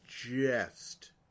suggest